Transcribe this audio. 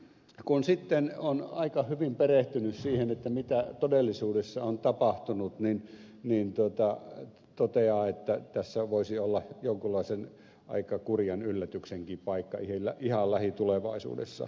kun sitten on aika hyvin perehtynyt siihen mitä todellisuudessa on tapahtunut toteaa että tässä voisi olla jonkunlaisen aika kurjan yllätyksenkin paikka ihan lähitulevaisuudessa